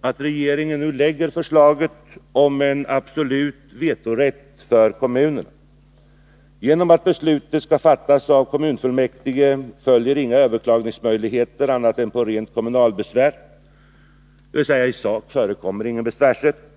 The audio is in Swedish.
att regeringen nu framlägger förslag om en absolut vetorätt för kommunerna. Genom att beslutet skall fattas av kommunfullmäktige följer inga överklagningsmöjligheter annat än genom kommunalbesvär — dvs. i sak förekommer ingen besvärsrätt.